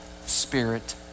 Spirit